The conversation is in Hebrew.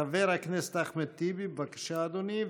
חבר הכנסת אחמד טיבי, בבקשה, אדוני.